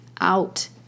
out